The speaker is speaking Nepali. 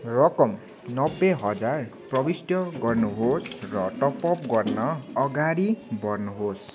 रकम नब्बे हजार प्रविष्ट गर्नुहोस् र टपअप गर्न अगाडि बढ्नुहोस्